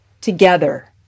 together